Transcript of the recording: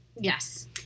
yes